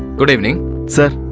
good evening sir,